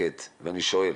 להתמקד ואני שואל,